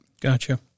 Gotcha